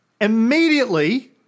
Immediately